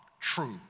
true